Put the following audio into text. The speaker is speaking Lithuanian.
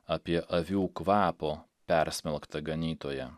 apie avių kvapo persmelktą ganytoją